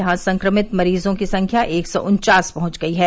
यहां संक्रमित मरीजों की संख्या एक सौ उन्चास पहुंच गई है